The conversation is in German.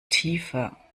tiefer